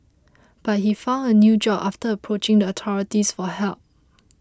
but he found a new job after approaching the authorities for help